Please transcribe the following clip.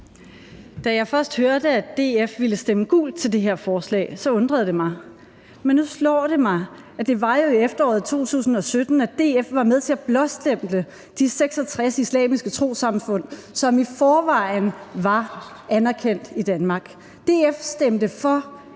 Da jeg først hørte, at DF ville stemme gult til det her forslag, undrede det mig, men nu slår det mig, at det jo var i efteråret 2017, at DF var med til at blåstemple de 66 islamiske trossamfund, som i forvejen var anerkendt i Danmark. DF stemte for